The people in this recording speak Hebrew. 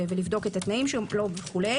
לבדוק את התנאים שם וכו'.